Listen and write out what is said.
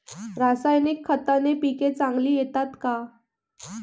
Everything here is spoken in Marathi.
रासायनिक खताने पिके चांगली येतात का?